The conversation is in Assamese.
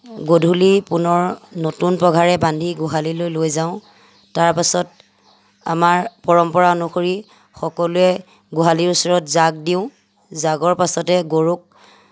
গধূলি পুনৰ নতুন পঘাৰে বান্ধি গোহালিলৈ লৈ যাওঁ তাৰপিছত আমাৰ পৰম্পৰা অনুসৰি সকলোৱে গোহালিৰ ওচৰত জাগ দিওঁ জাগৰ পিছতে গৰুক